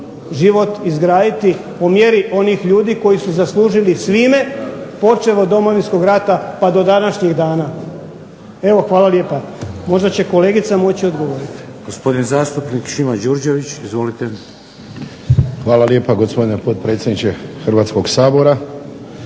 život izgraditi po mjeri onih ljudi koji su zaslužili svime, počev od Domovinskog rata pa do današnjih dana. Hvala lijepa, možda će kolegica moći odgovoriti. **Šeks, Vladimir (HDZ)** Gospodin zastupnik Šimo Đurđević. Izvolite. **Đurđević, Šimo (HDZ)** Hvala lijepa gospodine potpredsjedniče Hrvatskoga sabora.